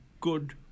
good